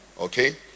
Okay